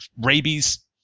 rabies